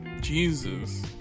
Jesus